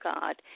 God